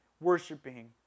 worshiping